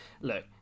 look